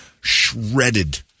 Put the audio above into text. shredded